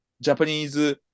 japanese